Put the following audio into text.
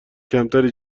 کمتری